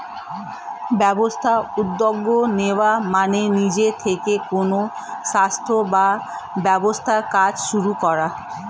ব্যবসায় উদ্যোগ নেওয়া মানে নিজে থেকে কোনো সংস্থা বা ব্যবসার কাজ শুরু করা